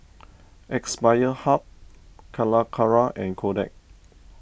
Aspire Hub Calacara and Kodak